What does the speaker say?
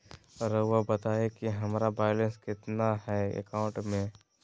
रहुआ बताएं कि हमारा बैलेंस कितना है अकाउंट में?